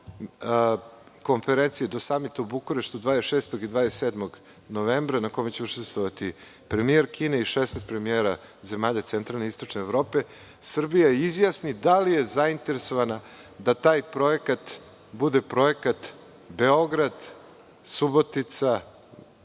konferencije, do samita u Bukureštu 26. i 27. novembra, na kome će učestvovati premijer Kine i 16 premijera zemalja centralne i istočne Evrope, Srbija izjasni da li je zainteresovana da taj projekat bude projekat Beograd-Subotica